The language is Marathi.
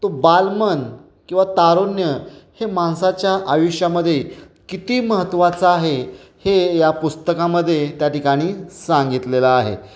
तो बालमन किंवा तारुण्य हे माणसाच्या आयुष्यामध्ये किती महत्वाचं आहे हे या पुस्तकामध्ये त्या ठिकाणी सांगितलेलं आहे